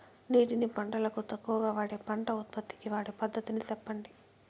నీటిని పంటలకు తక్కువగా వాడే పంట ఉత్పత్తికి వాడే పద్ధతిని సెప్పండి?